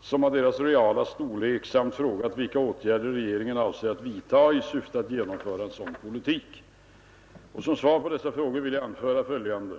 som av deras reala storlek samt frågat vilka åtgärder regeringen avser att vidta i syfte att genomföra en sådan politik. Som svar på dessa frågor vill jag anföra följande.